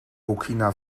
burkina